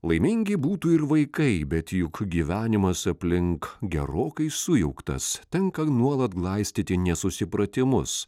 laimingi būtų ir vaikai bet juk gyvenimas aplink gerokai sujauktas tenka nuolat glaistyti nesusipratimus